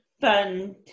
fund